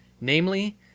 namely